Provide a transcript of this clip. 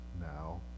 now